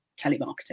telemarketing